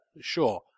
sure